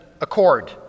accord